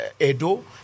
Edo